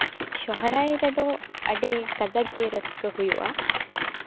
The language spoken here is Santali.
ᱥᱚᱦᱨᱟᱭ ᱨᱮᱫᱚ ᱟᱹᱰᱤ ᱠᱟᱡᱟᱠ ᱜᱮ ᱨᱟᱹᱥᱠᱟᱹ ᱦᱩᱭᱩᱜᱼᱟ